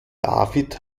david